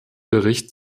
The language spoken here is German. bericht